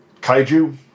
kaiju